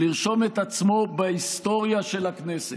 לרשום את עצמו בהיסטוריה של הכנסת.